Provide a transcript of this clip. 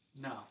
no